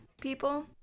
people